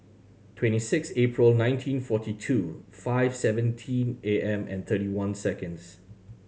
twenty six April nineteen forty two five seventeen A M and thirty one seconds